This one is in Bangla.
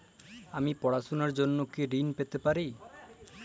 আমি পড়াশুনার জন্য কি ঋন পেতে পারি?